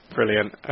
Brilliant